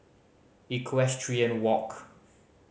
Equestrian Walk